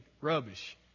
Rubbish